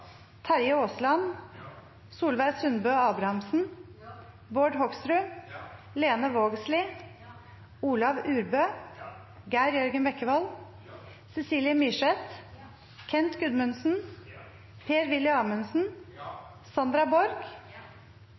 Terje Aasland, Solveig Sundbø Abrahamsen, Bård Hoksrud, Lene Vågslid, Olav Urbø, Geir Jørgen Bekkevold, Cecilie Myrseth, Kent Gudmundsen, Per-Willy Amundsen og Sandra Borch,